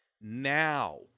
Now